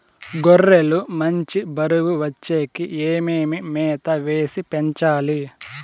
గొర్రె లు మంచి బరువు వచ్చేకి ఏమేమి మేత వేసి పెంచాలి?